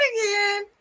again